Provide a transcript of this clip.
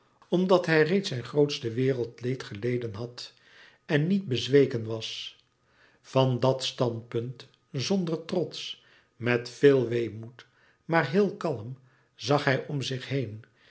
omdat hij reeds zijn grootste wereldleed geleden had en niet bezweken was van dat standpunt zonder trots met veel weemoed maar heel kalm zag hij om zich heen